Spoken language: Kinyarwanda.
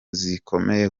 zikomeye